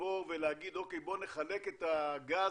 ולשמור ולהגיד אוקיי, בוא נחלק את הגז,